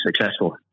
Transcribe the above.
successful